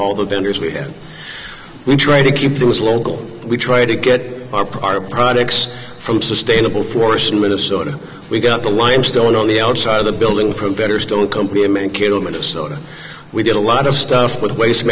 all the vendors we have we try to keep things local we try to get our products from sustainable forests in minnesota we got the limestone on the outside of the building for better still a company man kill minnesota we did a lot of stuff with waste